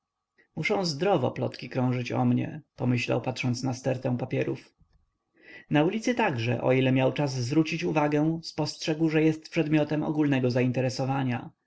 muszą zdrowe plotki krążyć o mnie pomyślał patrząc na stertę papierów na ulicy także o ile miał czas zwracać uwagę spostrzegł że jest przedmiotem ogólnego zainteresowania